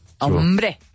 Hombre